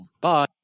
bye